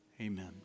amen